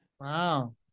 Wow